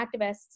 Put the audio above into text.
activists